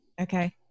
okay